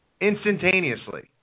instantaneously